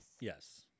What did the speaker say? Yes